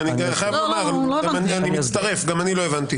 אני חייב לומר, אני מצטרף, גם אני לא הבנתי.